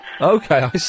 Okay